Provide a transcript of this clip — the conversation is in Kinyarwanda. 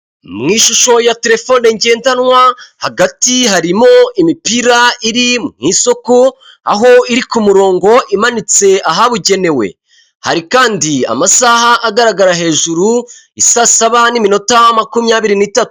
Mu ishusho ya terefone ngendanwa hagati harimo imipira iri mu isoko, aho iri ku murongo imanitse ahabugenewe. Hari kandi amasaha agaragara hejuru, i saa saba n'iminota makumyabiri n'itatu.